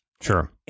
Sure